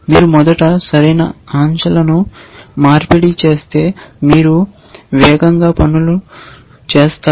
మీరు మొదట సరైన అంశాలను మార్పిడి చేస్తే మీరు వేగంగా పనులు చేస్తారు